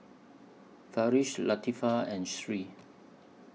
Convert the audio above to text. Farish Latifa and Sri